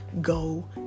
go